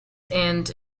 and